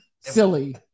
silly